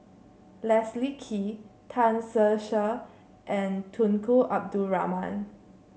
Leslie Kee Tan Ser Cher and Tunku Abdul Rahman